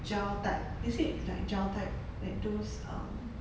gel type is it like gel type like those um